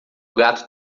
gato